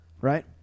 right